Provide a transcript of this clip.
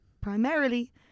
primarily